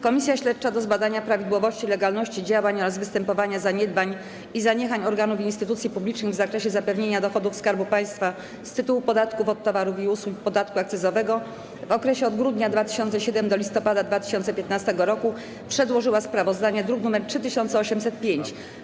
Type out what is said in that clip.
Komisja Śledcza do zbadania prawidłowości i legalności działań oraz występowania zaniedbań i zaniechań organów i instytucji publicznych w zakresie zapewnienia dochodów Skarbu Państwa z tytułu podatku od towarów i usług i podatku akcyzowego w okresie od grudnia 2007 r. do listopada 2015 r. przedłożyła sprawozdanie, druk nr 3805.